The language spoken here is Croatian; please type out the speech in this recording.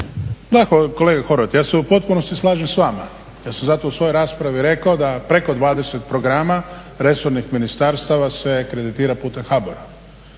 Da kolega Horvat, ja se u potpunosti slažem s vama, ja sam zato u svojoj raspravi rekao da preko 20 programa, resornih ministarstava se kreditira putem HBOR-a.